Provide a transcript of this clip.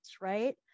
right